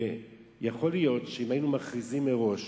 ויכול להיות שאם היינו מכריזים מראש